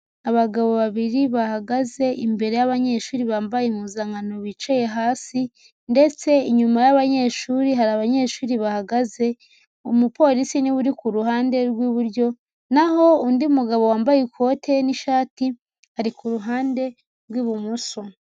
Abagabo babiri bahagaze imbere y'abanyeshuri bambaye impuzankano bicaye hasi ndetse inyuma y'abanyeshuri hari abanyeshuri bahagaze, umuporisi ni we uri ku ruhande rw'iburyo, naho undi mugabo wambaye ikote n'ishati ari ku ruhande rw'ibumoso.